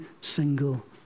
single